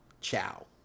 Ciao